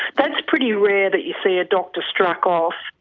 that's pretty rare that you see a doctor struck off.